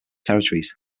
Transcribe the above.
territories